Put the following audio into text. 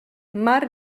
mar